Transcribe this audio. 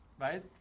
right